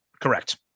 correct